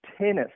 tennis